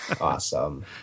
Awesome